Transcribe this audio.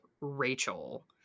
Rachel